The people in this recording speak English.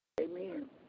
Amen